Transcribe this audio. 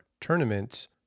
tournaments